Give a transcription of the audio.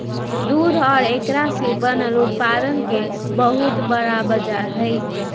दूध और एकरा से बनल उत्पादन के बहुत बड़ा बाजार हई